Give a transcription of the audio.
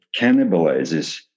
cannibalizes